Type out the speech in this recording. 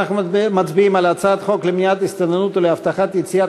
אנחנו מצביעים על הצעת חוק למניעת הסתננות ולהבטחת יציאת